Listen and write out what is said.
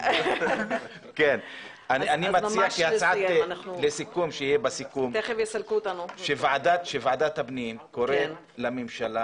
אני מציע שבסיכום ייאמר שוועדת הפנים קוראת לממשלה